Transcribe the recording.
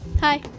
Hi